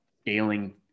scaling